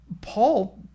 Paul